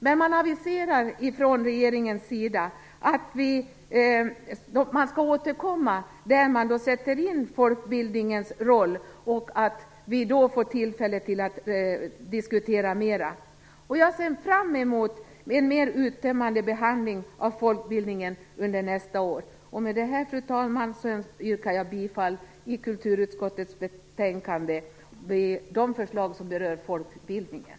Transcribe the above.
Från regeringens sida har man dock aviserat att man skall återkomma och då också sätta in folkbildningens roll i det sammanhanget, och vi får då tillfälle att diskutera mera. Jag ser fram emot en mer uttömmande behandling av folkbildningen under nästa år. Med det här, fru talman, yrkar jag bifall till de hemställanspunkter i kulturutskottets betänkande som berör folkbildningen.